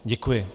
Děkuji.